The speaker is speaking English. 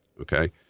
Okay